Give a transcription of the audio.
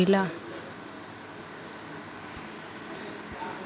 रउआ सभ बताई मौसम क प्रकार के होखेला?